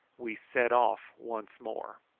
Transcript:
we set off once more.